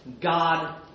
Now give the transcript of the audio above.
God